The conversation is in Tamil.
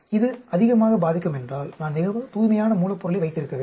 இது அதிகமாக பாதிக்குமென்றால் நான் மிகவும் தூய்மையான மூலப்பொருளை வைத்திருக்க வேண்டும்